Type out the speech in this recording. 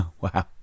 wow